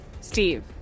Steve